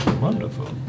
wonderful